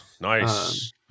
Nice